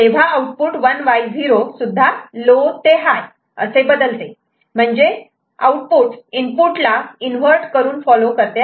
तेव्हा output 1Y0 सुद्धा low ते हाय असे बदलते म्हणजे आउटपुट इनपुट ला इन्व्हर्ट करून फॉलो करते